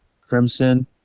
Crimson